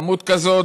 כמות כזאת,